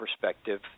perspective